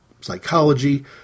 psychology